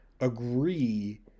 agree